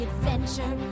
adventure